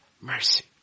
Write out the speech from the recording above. mercy